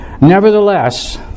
Nevertheless